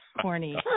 corny